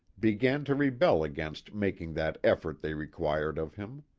began to rebel against making that effort they required of him.